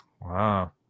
Wow